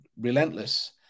relentless